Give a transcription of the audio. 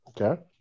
Okay